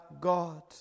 God